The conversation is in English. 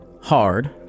hard